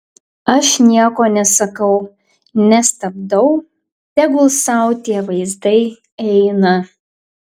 aš nieko nesakau nestabdau tegul sau tie vaizdai eina